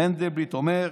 מנדלבליט אומר: